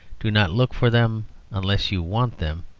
do not look for them unless you want them.